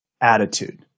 attitude